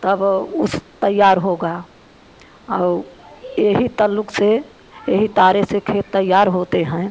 तब उस तैयार होगा और यही तल्लुक से यही तारे से खेत तैयार होते हैं